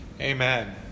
Amen